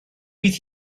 bydd